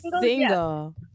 single